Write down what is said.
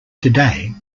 today